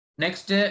Next